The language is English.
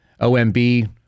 OMB